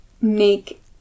make